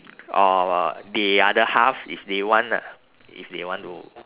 or the other half if they want lah if they want to